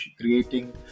creating